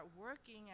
working